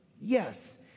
yes